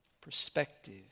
perspective